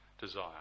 desire